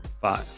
Five